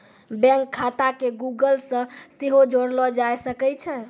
bank खाता के Google से सेहो जोड़लो जाय सकै छै